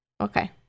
okay